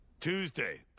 Tuesday